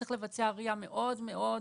צריך לבצע ריא מאוד מאוד קפדנית.